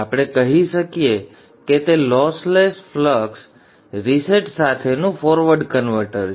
તેથી આપણે કહી શકીએ કે તે લોસલેસ ફ્લક્સ રીસેટ સાથેનું ફોરવર્ડ કન્વર્ટર છે